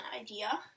idea